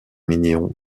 mignon